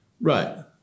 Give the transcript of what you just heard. Right